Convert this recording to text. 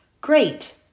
Great